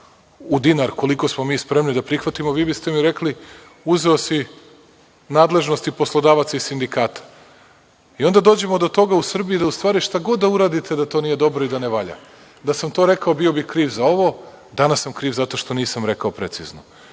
u dinar koliko smo mi spremni da prihvatimo, vi biste mi rekli – uzeo si nadležnosti poslodavaca i sindikata. Onda dođemo do toga da u Srbiji u stvari šta god da uradite to nije dobro i ne valja. Da sam to rekao bio bih kriv za ovo, a danas sam kriv zato što nisam rekao precizno.